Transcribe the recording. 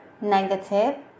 Negative